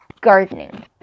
gardening